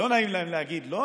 לא נעים להם להגיד לא,